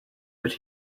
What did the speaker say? but